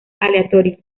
aleatorio